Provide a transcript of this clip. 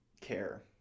care